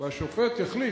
והשופט יחליט.